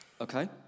Okay